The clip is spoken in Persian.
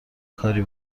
کاری